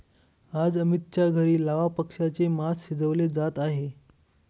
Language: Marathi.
आज अमितच्या घरी लावा पक्ष्याचे मास शिजवले जात आहे